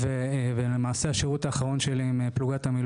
שבוע לפני השחרור שלו נפצע,